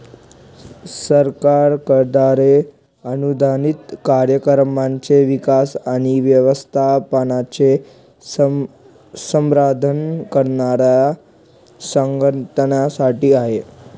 सरकारद्वारे अनुदानित कार्यक्रमांचा विकास आणि व्यवस्थापनाचे समर्थन करणाऱ्या संघटनांसाठी आहे